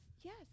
Yes